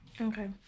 Okay